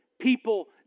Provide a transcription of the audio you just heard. people